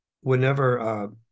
whenever